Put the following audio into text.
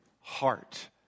heart